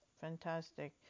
Fantastic